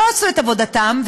לא עשו את עבודתם,